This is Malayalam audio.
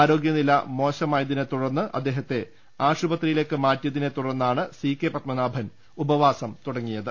ആരോഗ്യനില മോശമായതിനെ തുടർന്ന് അദ്ദേഹത്തെ ആശുപത്രിയിലേക്ക് മാറ്റിയതിനെ തുടർന്നാണ് സി കെ പത്മാനാ ഭൻ ഉപവാസം തുടങ്ങിയത്